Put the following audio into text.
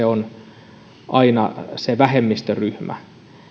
on aina se vähemmistöryhmä